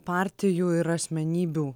partijų ir asmenybių